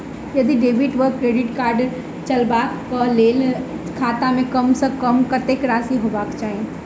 यदि डेबिट वा credit card चलबाक कऽ लेल खाता मे कम सऽ कम कत्तेक राशि हेबाक चाहि?